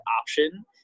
option